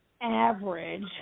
average